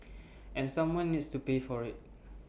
and someone needs to pay for IT